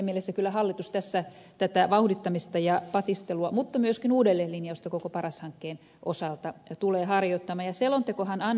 siinä mielessä kyllä hallitus tätä vauhdittamista ja patistelua mutta myöskin uudelleenlinjausta koko paras hankkeen osalta tulee harjoittamaan